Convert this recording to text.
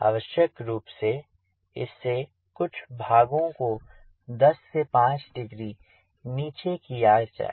आवश्यक रूप से इस के कुछ भागों को 10 15 डिग्री नीचे किया जाए